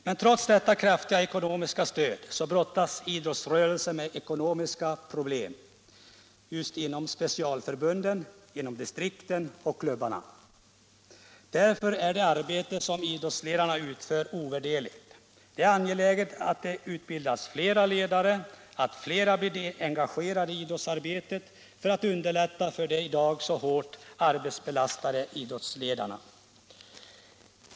Men trots detta kraftiga ekonomiska stöd brottas idrottsrörelsen med ekonomiska problem i specialförbunden, distrikten och klubbarna. Därför är det arbete som idrottsledarna utför ovärderligt. Det är angeläget att det utbildas flera ledare och att flera blir engagerade i idrottsarbetet för att underlätta för de i dag så hårt arbetsbelastade idrottsledarna.